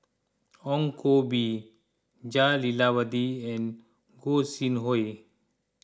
Ong Koh Bee Jah Lelawati and Gog Sing Hooi